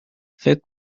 فکر